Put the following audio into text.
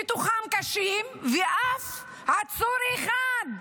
בתוכם קשים, ואף עצור אחד.